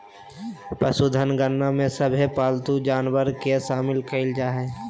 पशुधन गणना में सभे पालतू जानवर के शामिल कईल जा हइ